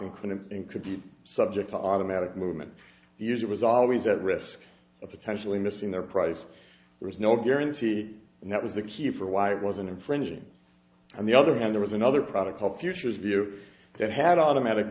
couldn't and could be subject to automatic movement the user was always at risk of potentially missing their price there was no guarantee and that was the key for why it wasn't infringing on the other hand there was another product called futurist view that had automatic